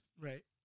Right